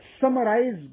summarize